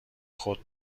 خود